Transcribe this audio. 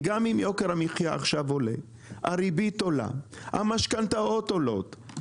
יוקר המחייה עולה, הריבית עולה, המשכנתאות עולות.